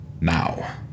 Now